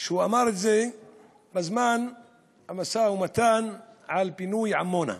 הוא אמר את זה בזמן המשא-ומתן על פינוי עמונה,